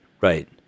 Right